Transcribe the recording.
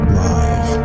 live